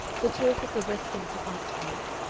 the talk of the west central arts club,